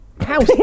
house